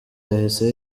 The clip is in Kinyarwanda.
yahise